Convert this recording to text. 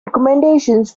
recommendations